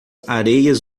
areias